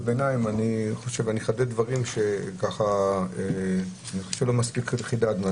הביניים אני אחדד דברים שלא מספיק חידדנו.